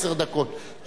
עשר דקות,